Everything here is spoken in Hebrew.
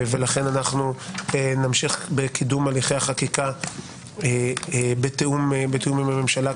ולכן אנחנו נמשיך בקידום הליכי החקיקה בתיאום עם הממשלה,